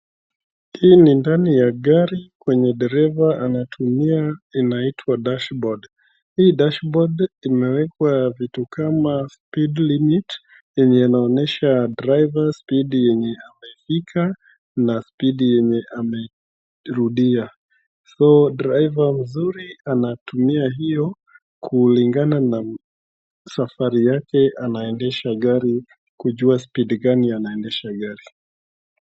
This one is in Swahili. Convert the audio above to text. Hii ni ndani ya gari kwenye dereva anatumia inaitwa dash board . Hii dash board . imewekwa vitu kama speed limit yenye inaonyesha driver speed yenye amefika na speed yenye amerudia. so driver mzuri anatumia hiyo kulingana na safari yake anaendesha gari kujua speed gani anaendesha gari.